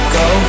go